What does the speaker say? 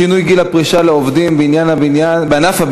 שינוי גיל הפרישה לעובדים בענף הבניין),